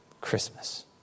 Christmas